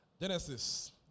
Genesis